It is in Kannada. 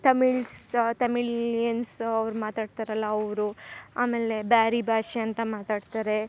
ತಮಿಳ್ಸ್ ತಮಿಳಿಯನ್ಸ್ ಅವರು ಮಾತಾಡ್ತಾರಲ್ಲ ಅವರು ಆಮೇಲೆ ಬ್ಯಾರಿ ಭಾಷೆ ಅಂತ ಮಾತಾಡ್ತಾರೆ